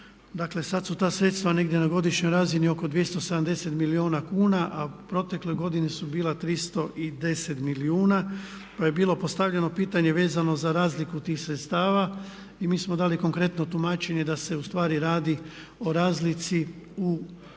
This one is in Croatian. Dakle sada su ta sredstva negdje na godišnjoj razini oko 270 milijuna kuna a u protekloj godini su bila 310 milijuna. Pa je bilo postavljeno pitanje vezano za razliku tih sredstava. I mi smo dali konkretno tumačenje da se ustvari radi o razlici o cijeni